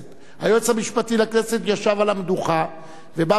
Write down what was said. היועץ המשפטי לכנסת ישב על המדוכה ובא וקבע,